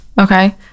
okay